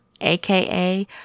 aka